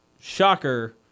shocker